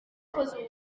bakoze